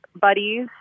buddies